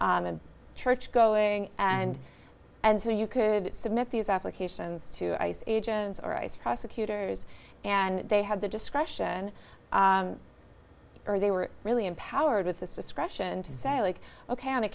a church going and and so you could submit these applications to ice agents or ice prosecutors and they have the discretion or they were really empowered with this discretion to say like ok on a